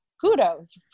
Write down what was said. kudos